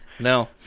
No